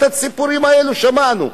את הסיפורים האלה שמענו,